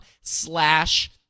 slash